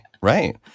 Right